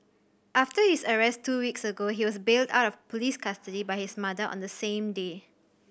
after his arrest two weeks ago he was bailed out of police custody by his mother on the same day